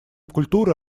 культуры